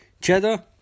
Cheddar